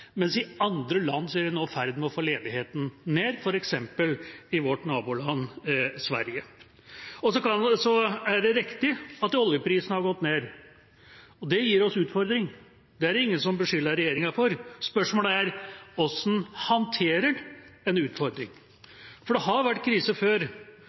mens de i andre land nå er i ferd med å få ledigheten ned, f.eks. i vårt naboland Sverige. Det er riktig at oljeprisen har gått ned, og at det gir oss utfordringer. Det er det ingen som beskylder regjeringen for. Spørsmålet er hvordan en håndterer en utfordring. For det har vært krise før.